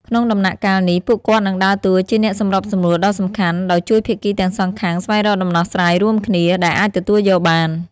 ក្នុងដំណាក់កាលនេះ ពួកគាត់នឹងដើរតួជាអ្នកសម្របសម្រួលដ៏សំខាន់ ដោយជួយភាគីទាំងសងខាងស្វែងរកដំណោះស្រាយរួមគ្នា ដែលអាចទទួលយកបាន។